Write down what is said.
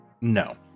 no